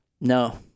no